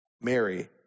Mary